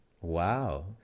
Wow